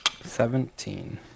Seventeen